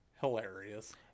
hilarious